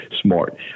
smart